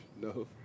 No